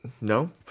no